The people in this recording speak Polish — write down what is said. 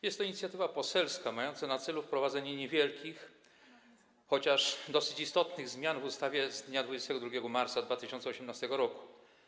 Jest to inicjatywa poselska mająca na celu wprowadzenie niewielkich, chociaż dosyć istotnych zmian w ustawie z dnia 22 marca 2018 r.